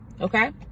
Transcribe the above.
okay